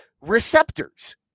receptors